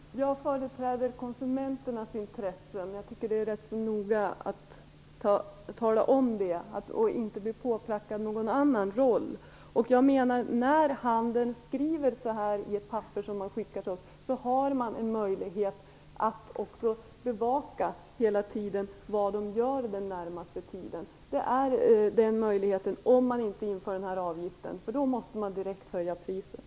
Fru talman! Jag företräder konsumenternas intressen. Jag är noga med att tala om det, och jag vill inte bli påprackad någon annan roll. När handeln skriver så här i ett papper som de skickar till oss, så har man en möjlighet att också hela tiden bevaka hur de handlar om man inte inför den här avgiften. Men om avgiften införs måste handeln direkt höja priset.